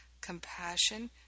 compassion